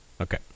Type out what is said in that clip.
Okay